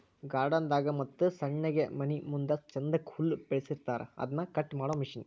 garden ದಾಗ ಮತ್ತ ಸಣ್ಣಗೆ ಮನಿಮುಂದ ಚಂದಕ್ಕ ಹುಲ್ಲ ಬೆಳಸಿರತಾರ ಅದನ್ನ ಕಟ್ ಮಾಡು ಮಿಷನ್